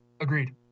Agreed